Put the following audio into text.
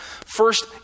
First